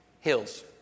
Hills